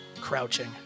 crouching